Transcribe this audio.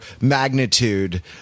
magnitude